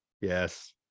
Yes